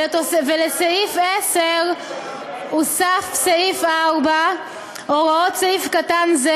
ולסעיף 10(א) הוספה פסקה (4): הוראות סעיף קטן זה